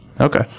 Okay